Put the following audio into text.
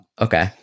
Okay